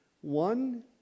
one